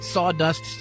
Sawdust